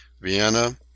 Vienna